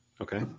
Okay